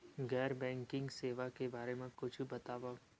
गैर बैंकिंग सेवा के बारे म कुछु बतावव?